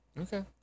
Okay